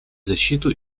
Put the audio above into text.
защиту